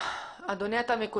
אז --- הקו מקוטע,